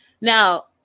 Now